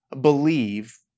believe